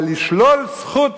אבל לשלול זכות